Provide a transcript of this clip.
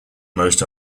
most